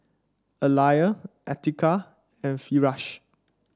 Alya Atiqah and Firash